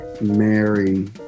Mary